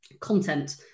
Content